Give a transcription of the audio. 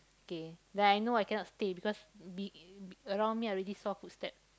K then I know I cannot stay because be around me I already saw footstep